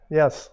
yes